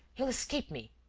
he'll escape me!